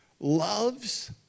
Loves